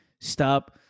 Stop